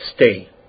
stay